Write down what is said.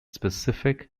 specific